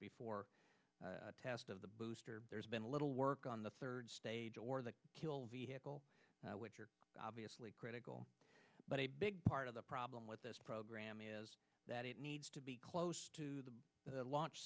before a test of the booster there's been little work on the third stage or the kill vehicle which are obviously critical but a big part of the problem with this program is that it needs to be close to the launch